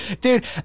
Dude